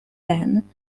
then